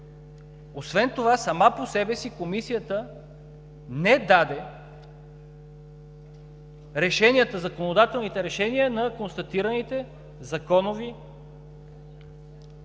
Освен това сама по себе си Комисията не даде законодателните решения на констатираните законови проблеми,